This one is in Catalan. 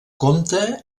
compta